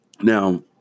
Now